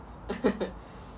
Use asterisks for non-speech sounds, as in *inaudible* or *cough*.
*laughs*